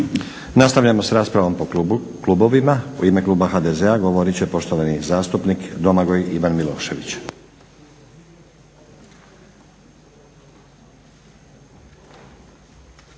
Nastavljamo s raspravom po klubovima. U ime kluba HDZ-a govorit će poštovani zastupnik Domagoj Ivan Milošević.